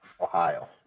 Ohio